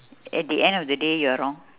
at the end of the day you are wrong